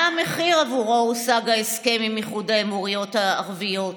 מה המחיר שעבורו הושג ההסכם עם איחוד האמירויות הערביות?